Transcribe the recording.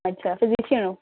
अच्छा फिजीशियन